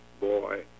boy